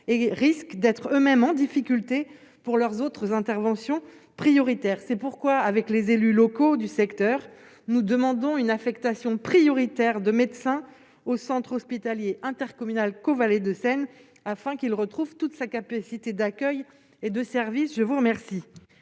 et risquent d'être eux-mêmes en difficulté pour leurs autres interventions prioritaires, c'est pourquoi, avec les élus locaux du secteur, nous demandons une affectation prioritaire de médecin au centre hospitalier intercommunal Caux Vallée de Seine afin qu'il retrouve toute sa capacité d'accueil et de service, je vous remercie.